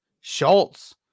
Schultz